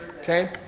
Okay